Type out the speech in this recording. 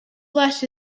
flesh